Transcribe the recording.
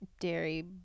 dairy